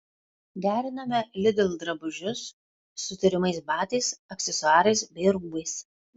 derinome lidl drabužius su turimais batais aksesuarais bei rūbais